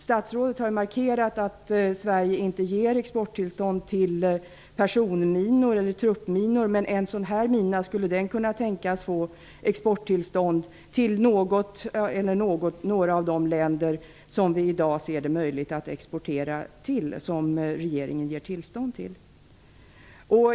Statsrådet har markerat att Sverige inte ger exporttillstånd för personminor eller truppminor, men skulle det kunna tänkas att en sådan här mina får tillstånd att exporteras till något eller några av de länder som regeringen i dag ger tillstånd till?